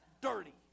Dirty